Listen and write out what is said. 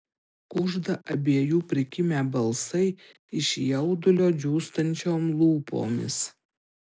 kužda abiejų prikimę balsai iš jaudulio džiūstančiom lūpomis